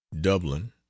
dublin